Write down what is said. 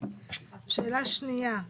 שאלה שנייה,